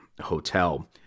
hotel